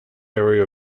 area